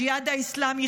הג'יהאד האסלאמי,